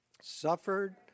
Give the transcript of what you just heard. suffered